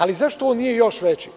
Ali, zašto on nije još veći?